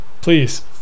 please